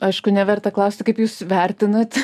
aišku neverta klausti kaip jūs vertinate